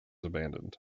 abandoned